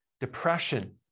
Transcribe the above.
depression